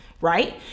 right